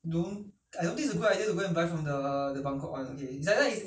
mm 不过那个栗子栗子 supermarket